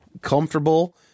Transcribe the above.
comfortable